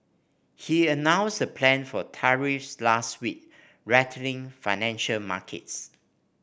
he announced the plan for tariffs last week rattling financial markets